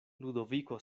ludoviko